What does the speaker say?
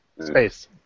Space